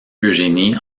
eugénie